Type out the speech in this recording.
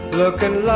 looking